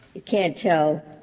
it can't tell